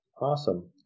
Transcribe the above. Awesome